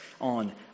on